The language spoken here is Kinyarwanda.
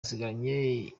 asigaranye